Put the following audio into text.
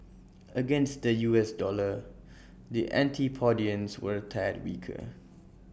against the U S dollar the antipodeans were A tad weaker